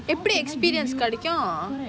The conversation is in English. எப்பிடி:epidi experience கிடைக்கும்:kidaikum